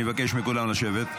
אני מבקש מכולם לשבת.